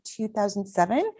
2007